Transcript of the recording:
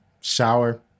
shower